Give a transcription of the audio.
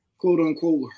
quote-unquote